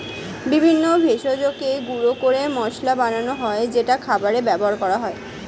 বিভিন্ন ভেষজকে গুঁড়ো করে মশলা বানানো হয় যেটা খাবারে ব্যবহার করা হয়